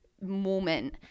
moment